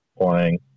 playing